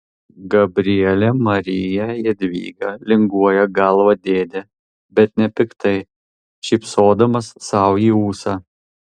gabriele marija jadvyga linguoja galvą dėdė bet nepiktai šypsodamas sau į ūsą